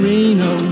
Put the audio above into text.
Reno